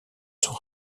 son